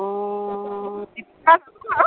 অঁ আৰু